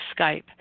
Skype